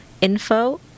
info